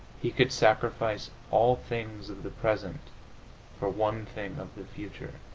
he could sacrifice all things of the present for one thing of the future,